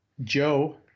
Joe